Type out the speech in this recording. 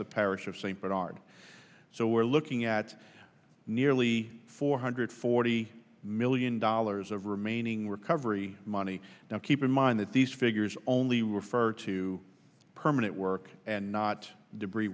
the parish of st bernard so we're looking at nearly four hundred forty million dollars of remaining recovery money now keep in mind that these figures only refer to permanent work and not debris